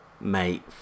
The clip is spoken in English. Mate